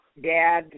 Dad